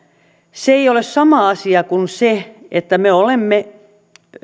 se ei ole sama asia kuin se että me olemme